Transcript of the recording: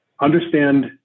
understand